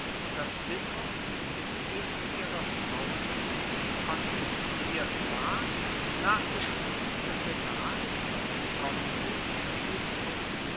das bis auf die mitgift ihrer frauen hin konfisziert ward nach beschluß des senats von dem konsul